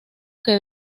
que